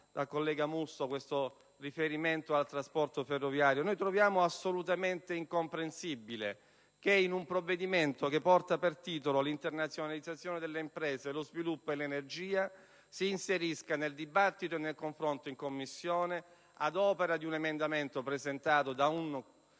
dal collega Musso un riferimento al trasporto ferroviario. Noi troviamo assolutamente incomprensibile che in un provvedimento che porta per titolo l'internazionalizzazione delle imprese e lo sviluppo dell'energia si inserisca, nel dibattito e nel confronto in Commissione, un maxiemendamento, presentato da un